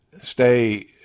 Stay